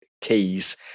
keys